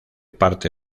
parte